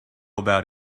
about